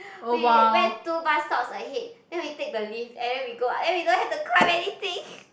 we went two bus stops ahead then we take the lift and then we go up then we don't have to climb anything